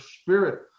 Spirit